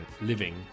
living